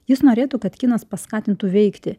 jis norėtų kad kinas paskatintų veikti